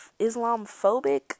Islamophobic